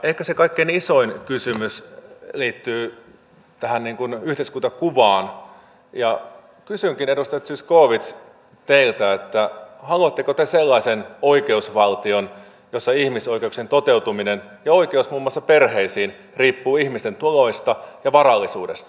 ehkä se kaikkein isoin kysymys liittyy tähän yhteiskuntakuvaan ja kysynkin edustaja zyskowicz teiltä haluatteko te sellaisen oikeusvaltion jossa ihmisoikeuksien toteutuminen ja oikeus muun muassa perheeseen riippuu ihmisten tuloista ja varallisuudesta